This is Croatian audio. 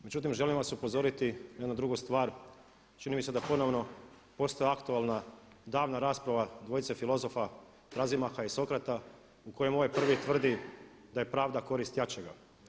Međutim, želim vas upozoriti na jednu drugu stvar, čini mi se da ponovno postaje aktualna davna rasprava dvojice filozofa Trazimaha i Sokrata u kojem ovaj prvi tvrdi da je pravda korist jačega.